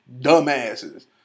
dumbasses